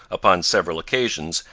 upon several occasions,